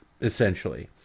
essentially